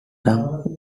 dang